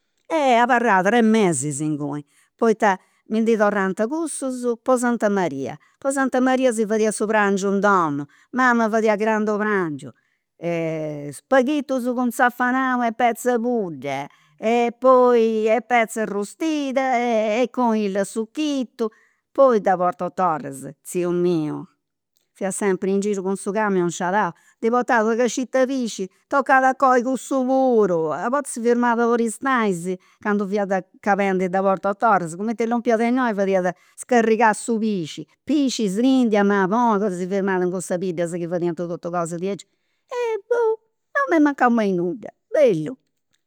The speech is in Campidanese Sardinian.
E abarrà tres mesis inguni, poita mi ndi torrant cussus po santa Maria. Po santa Maria si fadiat su prangiu in domu, mama fadiat grandu prangiu spaghitus cun zafanau e petz'e pudda e poi petza arrustida e conillu a suchitu, poi de Portotorres tziu miu fiat sempri ingiru cun su camion, ndi portat una cascit'e pisci, toccat a coi cussu puru. A bortas si firmat a Aristanis, candu fiat calendi de Portotorres, cumenti est lompiu a de innoi fadiat, scarigat su pisci, pisci, srindia, maboni, si firmat in cussas biddas chi fadiant totu cosas diaicci. boh, non m'est mancau mai nudda, bellu